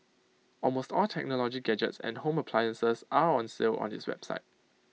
almost all technology gadgets and home appliances are on sale on its website